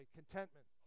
contentment